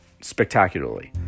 Spectacularly